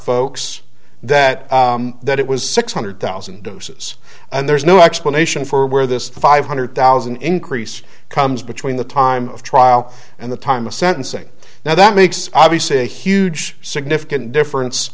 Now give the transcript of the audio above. folks that that it was six hundred thousand doses and there's no explanation for where this five hundred thousand increase comes between the two time of trial and the time of sentencing now that makes obviously a huge significant